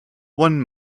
one